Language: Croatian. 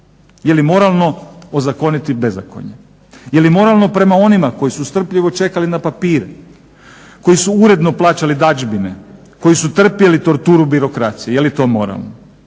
Jeli moralno ozakoniti bezakonje? Jeli moralno prema onima koji su strpljivo čekali na papire, koji su uredno plaćali dadžbine, koji su trpjeli torturu birokracije, jeli to moralno?